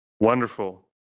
Wonderful